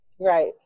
Right